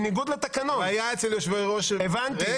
הבנתי.